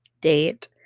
date